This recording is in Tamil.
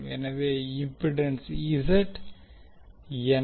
எனவே இம்பிடன்ஸை Z என்ன